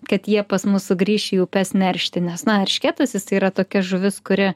kad jie pas mus sugrįš į upes neršti nes na eršketas jisai yra tokia žuvis kuri